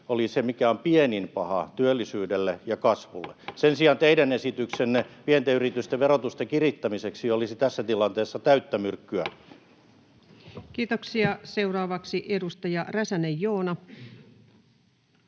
oli se, mikä on pienin paha työllisyydelle ja kasvulle. Sen sijaan teidän esityksenne pienten yritysten verotuksen kirittämiseksi olisi tässä tilanteessa täyttä myrkkyä. [Speech 14] Speaker: Ensimmäinen